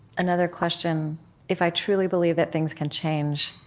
another question if i truly believe that things can change,